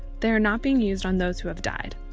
they are not being used on those who have died.